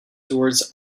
towards